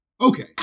Okay